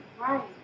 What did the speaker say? right